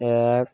আর